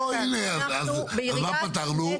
הינה, אז מה פתרנו?